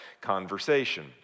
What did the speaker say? conversation